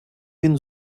він